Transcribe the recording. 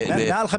מעל,